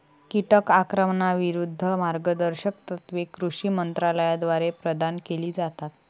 कीटक आक्रमणाविरूद्ध मार्गदर्शक तत्त्वे कृषी मंत्रालयाद्वारे प्रदान केली जातात